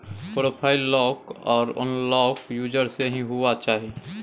profile lock आर unlock user से ही हुआ चाहिए